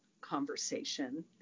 conversation